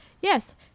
Yes